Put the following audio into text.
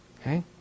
Okay